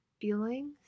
feelings